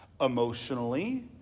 emotionally